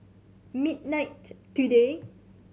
midnight today